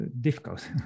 difficult